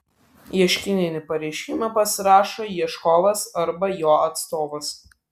ieškininį pareiškimą pasirašo ieškovas arba jo atstovas